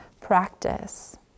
practice